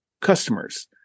customers